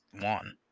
one